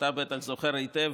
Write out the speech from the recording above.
אתה בטח זוכר היטב.